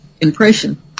impression